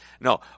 no